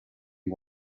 you